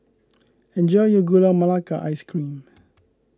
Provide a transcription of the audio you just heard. enjoy your Gula Melaka Ice Cream